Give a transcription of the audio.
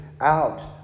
out